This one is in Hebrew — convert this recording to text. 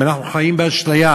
אם אנחנו חיים באשליה